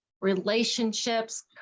relationships